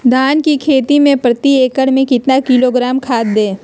धान की खेती में प्रति एकड़ में कितना किलोग्राम खाद दे?